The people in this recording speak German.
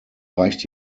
reicht